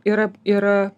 yra yra